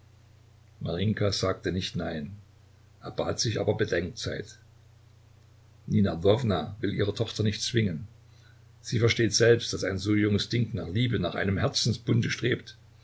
sagte nicht nein erbat sich aber bedenkzeit nina ljwowna will ihre tochter nicht zwingen sie versteht selbst daß ein so junges ding nach liebe nach einem herzensbunde strebt